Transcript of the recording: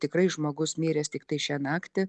tikrai žmogus miręs tiktai šią naktį